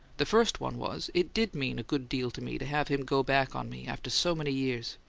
the first one was, it did mean a good deal to me to have him go back on me after so many years.